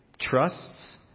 trusts